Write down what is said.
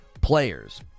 players